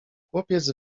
chłopiec